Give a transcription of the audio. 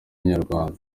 inyarwanda